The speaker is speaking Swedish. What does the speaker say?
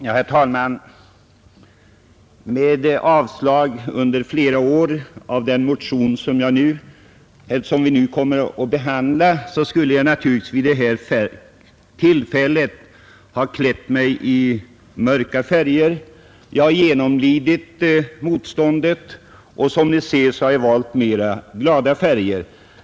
Herr talman! Med avslag under flera år på den motion som vi nu kommer att behandla, så skulle jag naturligtvis vid det här tillfället ha klätt mig i mörka färger. Jag har genomlidit motståndet och som ni ser har jag valt mera glada färger.